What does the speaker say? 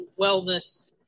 wellness